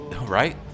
right